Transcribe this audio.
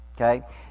Okay